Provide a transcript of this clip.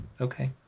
Okay